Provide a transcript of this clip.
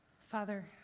Father